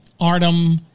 Artem